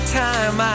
time